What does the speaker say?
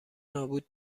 نابود